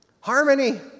Harmony